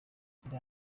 bwa